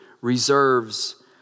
reserves